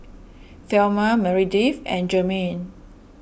thelma Meredith and Jermaine